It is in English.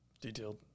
Detailed